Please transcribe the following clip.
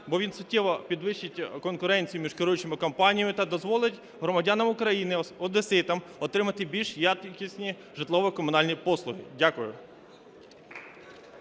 бо він суттєво підвищить конкуренцію між керуючими компаніями та дозволить громадянам України, одеситам отримати більш якісні житлово-комунальні послуги. Дякую.